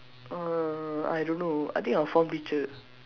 uh I don't know I think our form teacher